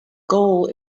goal